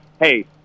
hey